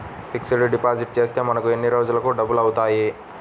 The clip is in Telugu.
ఫిక్సడ్ డిపాజిట్ చేస్తే మనకు ఎన్ని రోజులకు డబల్ అవుతాయి?